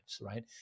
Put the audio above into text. right